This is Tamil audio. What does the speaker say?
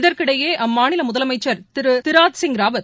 இதற்கிடையே அம்மாநிலமுதலமைச்சர் திருதிராத்சிங் ராவத்